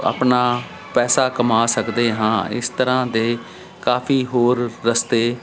ਆਪਣਾ ਪੈਸਾ ਕਮਾ ਸਕਦੇ ਹਾਂ ਇਸ ਤਰ੍ਹਾਂ ਦੇ ਕਾਫੀ ਹੋਰ ਰਸਤੇ